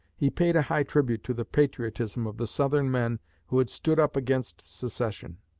he paid a high tribute to the patriotism of the southern men who had stood up against secession.